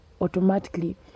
automatically